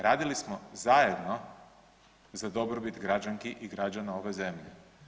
Radili smo zajedno za dobrobit građanki i građana ove zemlje.